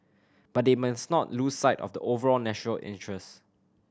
but they must not lose sight of the overall national interest